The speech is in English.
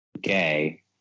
gay